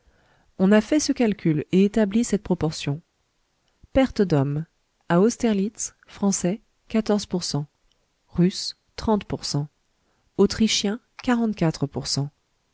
on a fait ce calcul et établi cette proportion perte d'hommes à austerlitz français quatorze pour cent russes trente pour cent autrichiens quarante-quatre pour cent